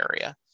area